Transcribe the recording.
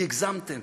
כי הגזמתם